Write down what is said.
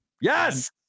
Yes